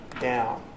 down